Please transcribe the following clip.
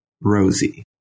Rosie